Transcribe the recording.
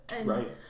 Right